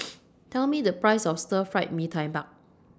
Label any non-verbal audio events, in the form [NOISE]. [NOISE] Tell Me The Price of Stir Fried Mee Tai Mak